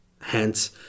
...hence